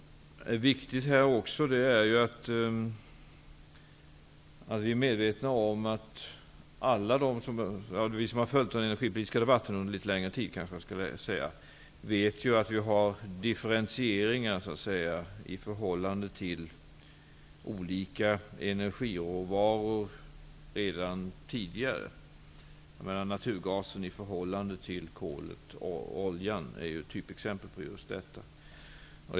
Vi som har följt den energipolitiska debatten under litet längre tid vet att det redan tidigare har gjorts differentieringar mellan olika energiråvaror. Differentieringen av naturgasen i förhållande till kolet och oljan är ett typexempel på just detta.